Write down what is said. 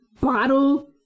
bottle